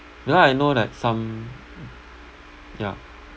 because I know that some yeah